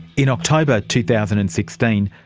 in october two thousand and sixteen,